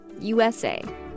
USA